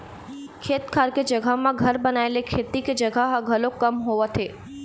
खेत खार के जघा म घर बनाए ले खेती के जघा ह घलोक कम होवत हे